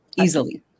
Easily